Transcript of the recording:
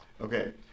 Okay